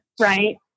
right